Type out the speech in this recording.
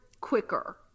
quicker